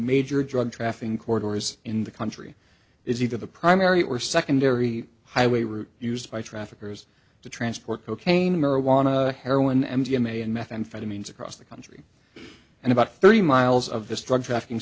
major drug trafficking corridors in the country is either the primary or secondary highway route used by traffickers to transport cocaine marijuana heroin m d m a and methamphetamines across the country and about thirty miles of this drug trafficking